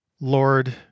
Lord